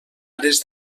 ares